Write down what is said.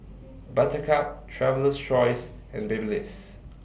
Buttercup Traveler's Choice and Babyliss